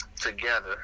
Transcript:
together